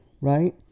Right